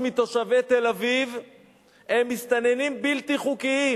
10% מתושבי תל-אביב הם מסתננים בלתי חוקיים.